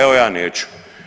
Evo ja neću!